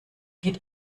geht